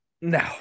No